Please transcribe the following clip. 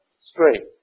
straight